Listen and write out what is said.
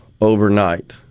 overnight